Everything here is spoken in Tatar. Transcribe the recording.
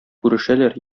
күрешәләр